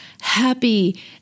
happy